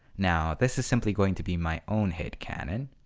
now this is simply going to be my own headcanon,